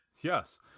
Yes